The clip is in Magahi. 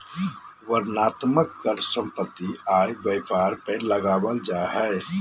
वर्णनात्मक कर सम्पत्ति, आय, व्यापार पर लगावल जा हय